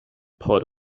por